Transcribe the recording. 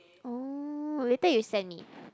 oh later you send me